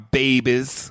babies